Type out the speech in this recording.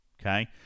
okay